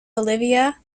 bolivia